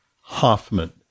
Hoffman